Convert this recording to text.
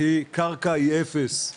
הקרקע היא אפס.